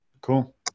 Cool